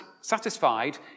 satisfied